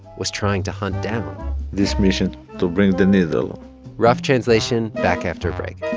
was trying to hunt down this mission to bring the needle rough translation, back after break